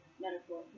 metaphor